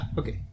okay